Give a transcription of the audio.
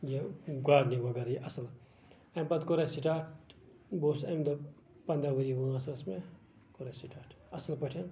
یہِ گارڈنِگ وغیرہ یہِ اَصٕل اَمہِ پَتہٕ کوٚر اَسہِ سٔٹاٹ بہٕ اوسُس اَمہِ دۄہ پنداہ ؤری وٲنس ٲسۍ مےٚ کوٚر اَسہِ سٔٹاٹ اَصٕل پٲٹھۍ